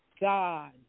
God